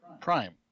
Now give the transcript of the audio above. Prime